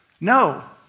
No